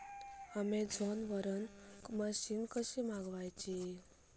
Amazon वरन machine कशी मागवची?